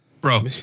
Bro